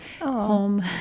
home